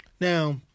Now